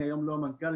אני היום לא המנכ"ל,